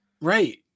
right